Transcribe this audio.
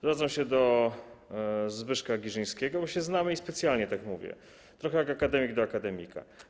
Zwracam się do Zbyszka Girzyńskiego, bo się znamy i specjalnie tak mówię, trochę jak akademik do akademika.